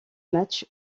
match